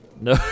No